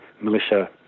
militia